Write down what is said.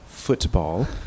Football